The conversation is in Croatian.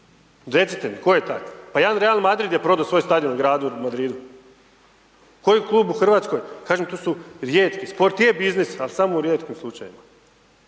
Recite mi tko je taj? Pa jedan Real Madrid je prodao svoj stadion gradu Madridu. Koji klub u Hrvatskoj? Kažem to su rijetki. Sport je biznis ali samo u rijetkim slučajevima.